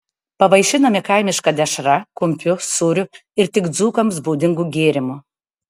pavaišinami kaimiška dešra kumpiu sūriu ir tik dzūkams būdingu gėrimu